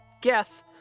Guess